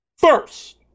First